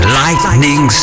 lightning